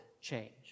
change